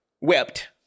Wept